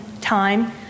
time